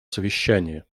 совещания